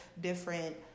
different